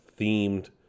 themed